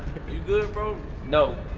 you good bro? no.